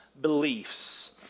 beliefs